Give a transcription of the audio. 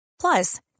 Plus